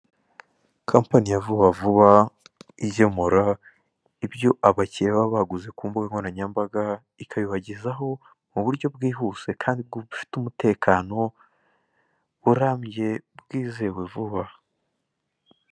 Kmpani ya vuba vuba igemura ibyo abakiliya baba baguze ku mbuga nkoranyambaga ikabibagezaho kuburyo bwihuse mu buryo bwihuse kandi bufite umutekano burambye bwizewe vuba.